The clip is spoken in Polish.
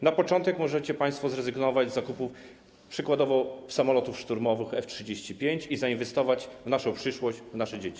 Na początek możecie państwo zrezygnować z zakupu przykładowo samolotów szturmowych F-35 i zainwestować w naszą przyszłość, w nasze dzieci.